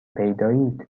پیدایید